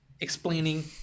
explaining